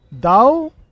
Thou